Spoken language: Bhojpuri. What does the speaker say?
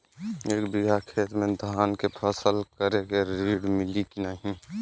एक बिघा खेत मे धान के फसल करे के ऋण मिली की नाही?